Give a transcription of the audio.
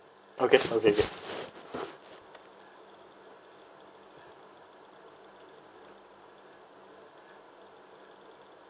okay okay okay